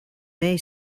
may